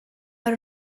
per